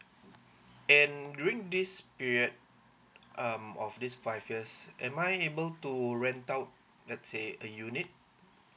and during this period um of these five years am I able to rent out let's say a unit